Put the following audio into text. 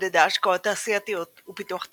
עודדה השקעות תעשייתיות ופיתוח תעשיות,